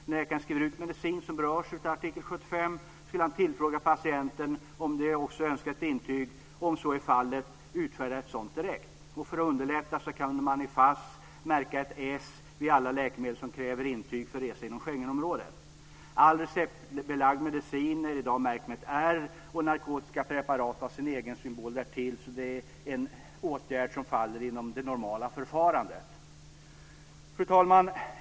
När läkaren skriver ut medicin som berörs av artikel 75 ska han tillfråga patienten om han eller hon också önskar ett intyg och om så är fallet utfärda ett sådant direkt. För att underlätta kan man i FASS notera ett S vid alla läkemedel som kräver intyg för resa inom Schengenområdet. All receptbelagd medicin är i dag märkt med ett R och narkotiska preparat har sin egen symbol. Det är alltså en åtgärd som faller inom det normala förfarandet. Fru talman!